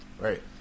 Right